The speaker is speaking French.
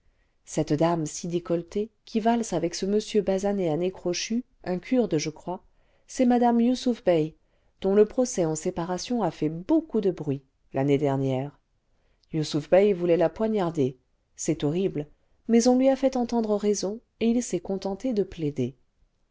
cette dame si décolletée qui valse avec ce monsieur basané a nez crochu un kurde je crois c'est mmc yusuf bey dont le procès en séparation a fait beaucoup de bruit l'année dernière yusuf bey voulait la poignarder c'est horrible mais on lui a fait entendre raison et il s'est contenté de plaider